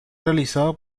realizado